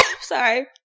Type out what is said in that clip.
Sorry